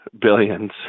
billions